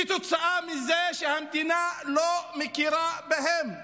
כתוצאה מזה שהמדינה לא מכירה בהם,